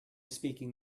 speaking